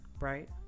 right